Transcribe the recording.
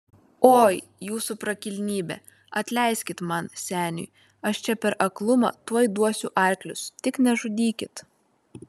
oi jūsų prakilnybe atleiskit man seniui aš čia per aklumą tuoj duosiu arklius tik nežudykit